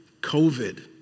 covid